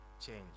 change